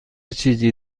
چیزی